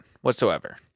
whatsoever